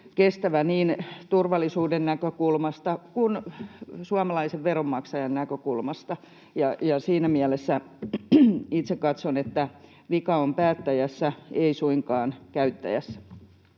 kestävä niin turvallisuuden näkökulmasta kuin suomalaisen veronmaksajan näkökulmasta. Ja siinä mielessä itse katson, että vika on päättäjässä, ei suinkaan käyttäjässä.